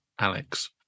Alex